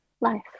life